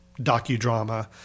docudrama